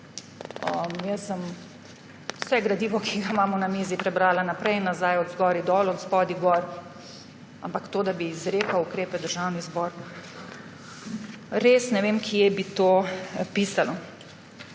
Jaz sem vse gradivo, ki ga imamo na mizi, prebrala naprej in nazaj, od zgoraj dol, od spodaj gor, ampak to, da bi izrekal ukrepe Državni zbor, res ne vem, kje bi pisalo.